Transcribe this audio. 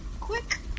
quick